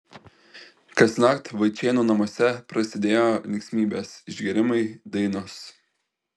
kasnakt vaičėnų namuose prasidėjo linksmybės išgėrimai dainos